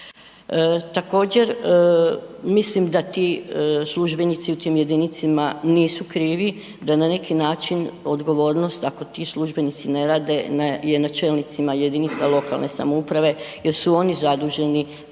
Također mislim da ti službenici u tim jedinicama nisu krivi, da na neki način odgovornost ako ti službenici ne rade je na čelnicima jedinica lokalne samouprave jer su oni zaduženi